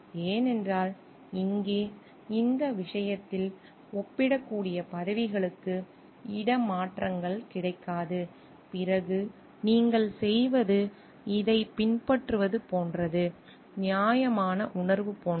ஏனென்றால் இங்கே இந்த விஷயத்தில் ஒப்பிடக்கூடிய பதவிகளுக்கு இடமாற்றங்கள் கிடைக்காது பிறகு நீங்கள் செய்வது இதைப் பின்பற்றுவது போன்றது நியாயமான உணர்வு போன்றது